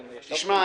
תישמע,